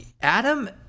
Adam